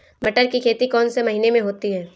मटर की खेती कौन से महीने में होती है?